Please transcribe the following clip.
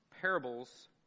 parables